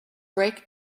brake